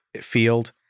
field